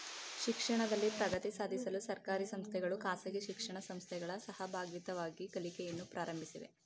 ಶಿಕ್ಷಣದಲ್ಲಿ ಪ್ರಗತಿ ಸಾಧಿಸಲು ಸರ್ಕಾರಿ ಸಂಸ್ಥೆಗಳು ಖಾಸಗಿ ಶಿಕ್ಷಣ ಸಂಸ್ಥೆಗಳ ಸಹಭಾಗಿತ್ವದಲ್ಲಿ ಕಲಿಕೆಯನ್ನು ಪ್ರಾರಂಭಿಸಿವೆ